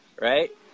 Right